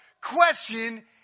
question